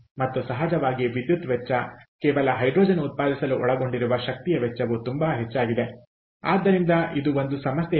ಮತ್ತು ಸಹಜವಾಗಿ ವಿದ್ಯುತ್ ವೆಚ್ಚ ಕೇವಲ ಹೈಡ್ರೋಜನ್ ಉತ್ಪಾದಿಸಲು ಒಳಗೊಂಡಿರುವ ಶಕ್ತಿಯ ವೆಚ್ಚವು ತುಂಬಾ ಹೆಚ್ಚಾಗಿದೆ ಆದ್ದರಿಂದ ಇದು ಒಂದು ಸಮಸ್ಯೆಯಾಗಿದೆ